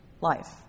Life